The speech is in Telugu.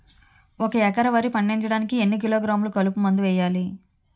ఒక ఎకర వరి పండించటానికి ఎన్ని కిలోగ్రాములు కలుపు మందు వేయాలి?